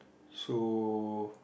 so